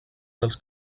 dels